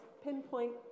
pinpoint